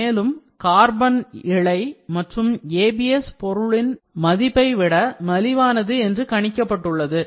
மேலும் கார்பன் இழை மற்றும் ABS பொருளின் ஒப்பிடக்கூடிய மதிப்பை விட மலிவானது என்று கணிக்கப்பட்டுள்ளது